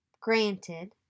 Granted